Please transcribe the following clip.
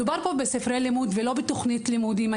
מדובר בספרי לימוד ולא בתוכנית לימודים.